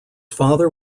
father